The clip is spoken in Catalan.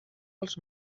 els